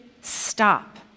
stop